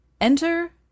Enter